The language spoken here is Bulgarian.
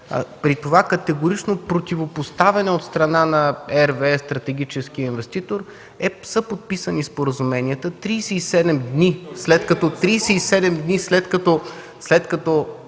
при това категорично противопоставяне от страна на RWE – стратегическият инвеститор, са подписани споразуменията? Тридесет